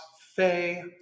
Faye